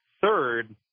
Third